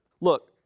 Look